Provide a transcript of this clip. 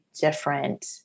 different